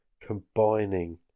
combining